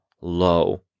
low